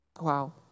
Wow